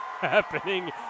happening